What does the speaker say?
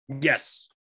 Yes